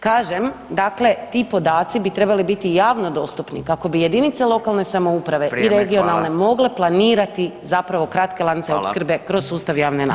Kažem, dakle ti podaci bi trebali biti javno dostupni kako bi jedinice lokalne samouprave i regionalne mogle planirati zapravo kratke lance opskrbe kroz sustav javne nabave.